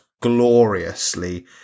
gloriously